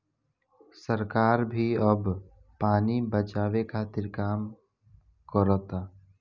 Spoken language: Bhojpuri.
सरकार भी अब पानी बचावे के खातिर काम करता